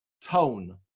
tone